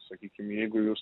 sakykim jeigu jūs